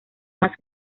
más